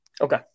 okay